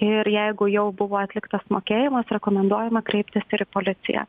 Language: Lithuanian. ir jeigu jau buvo atliktas mokėjimas rekomenduojama kreiptis ir į policiją